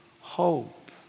hope